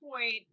point